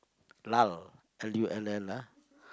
lull L U L L ah